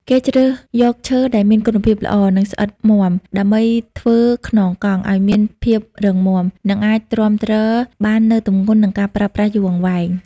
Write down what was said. គេជ្រើសយកឈើដែលមានគុណភាពល្អ និងស្វិតមាំ ដើម្បីធ្វើខ្នងកង់ ឲ្យមានភាពរឹងមាំ និងអាចទ្រាំទ្របាននូវទម្ងន់និងការប្រើប្រាស់យូរអង្វែង។